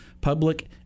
public